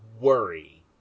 worry